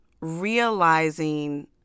realizing